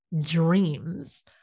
dreams